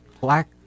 Black